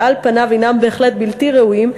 שעל פניו הנם בהחלט בלתי ראויים,